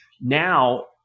now